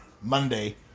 Monday